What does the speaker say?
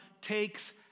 takes